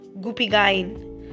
Gupigain